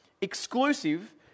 exclusive